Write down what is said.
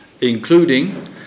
Including